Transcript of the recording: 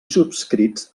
subscrits